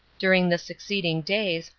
during the succeeding days,